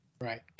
Right